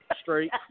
straight